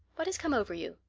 what has come over you?